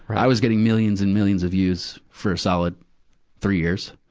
i was getting millions and millions of views for a solid three years.